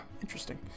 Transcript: Interesting